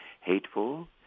hateful